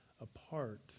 apart